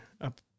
up